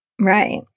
Right